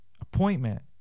appointment